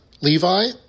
Levi